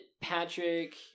Patrick